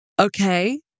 Okay